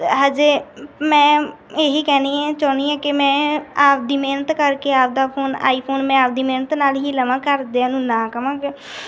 ਹਜੇ ਮੈਂ ਇਹੀ ਕਹਿੰਦੀ ਐਂ ਚਾਹੁੰਦੀ ਹਾਂ ਕਿ ਮੈਂ ਆਪਦੀ ਮਿਹਨਤ ਕਰਕੇ ਆਪਦਾ ਫੋਨ ਆਈਫੋਨ ਮੈਂ ਆਪਦੀ ਮਿਹਨਤ ਨਾਲ ਹੀ ਲਵਾਂ ਘਰਦਿਆਂ ਨੂੰ ਨਾ ਕਵਾਂ